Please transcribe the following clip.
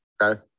okay